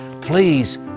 Please